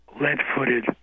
lead-footed